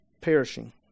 perishing